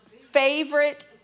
favorite